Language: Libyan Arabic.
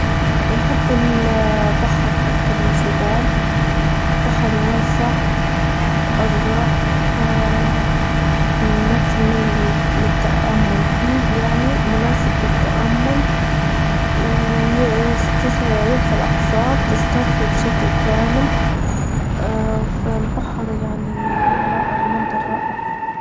نحب البحر أكتر من جبال، البحر واسع أزرق ما تمل للتأمل فيه يعني مناسب للتأمل ويست-يرخى الاعصاب تسترخى بشكل كامل، فالبحر يعني رائع منظر رائع.